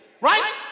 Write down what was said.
right